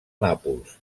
nàpols